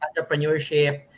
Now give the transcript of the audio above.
entrepreneurship